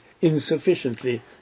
insufficiently